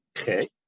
okay